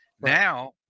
Now